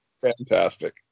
fantastic